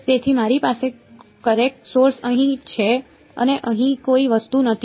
તેથી મારી પાસે કરેંટ સોર્સ અહીં છે અને અહીં કોઈ વસ્તુ નથી